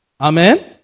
Amen